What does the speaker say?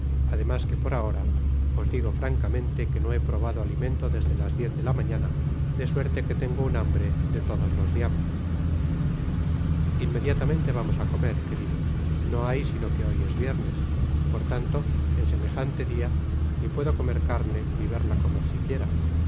además que por ahora o digo francamente que no he probado alimento desde las diez de la mañana de suerte que lengo un hambre de todos los diablos inmediatamente vamos á comer querido no hay sino que hoy es viernes por taato en semejante dia ni puedo comer carne ni verla comer siquiera